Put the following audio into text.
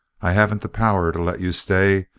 i haven't the power to let you stay.